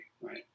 right